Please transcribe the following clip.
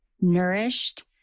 nourished